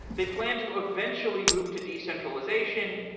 they plan to eventually move to decentralization.